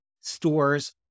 stores